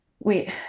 wait